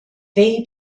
they